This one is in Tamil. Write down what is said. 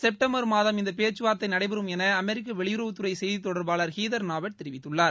செப்டம்பர் மாதம் இந்த பேச்சுவார்த்தை நடைபெறும் என அமெரிக்கா வெளியுறவுத்துறை செய்தி தொடர்பாளர் ஹீதர் நாவெட் தெரிவித்துள்ளார்